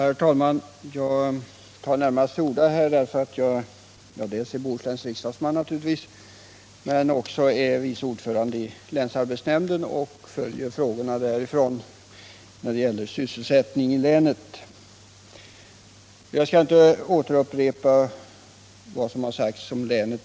Herr talman! Jag tar till orda här närmast såsom bohuslänsk riksdags Om åtgärder för att man men också såsom vice ordförande i länsarbetsnämnden, där jag följer — trygga sysselsättfrågorna när det gäller sysselsättningen i länet. ningen i Bohuslän, Jag skall inte upprepa vad som allmänt har sagts om länet.